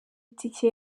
itike